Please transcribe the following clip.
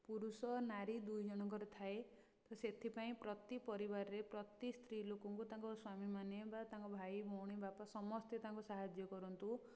ପୁରୁଷ ନାରୀ ଦୁଇ ଜଣଙ୍କର ଥାଏ ତ ସେଥିପାଇଁ ପ୍ରତି ପରିବାରରେ ପ୍ରତି ସ୍ତ୍ରୀ ଲୋକଙ୍କୁ ତାଙ୍କ ସ୍ୱାମୀମାନେ ବା ତାଙ୍କ ଭାଇ ଭଉଣୀ ବାପା ସମସ୍ତେ ତାଙ୍କୁ ସାହାଯ୍ୟ କରନ୍ତୁ